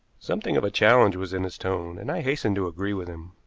something of challenge was in his tone, and i hastened to agree with him.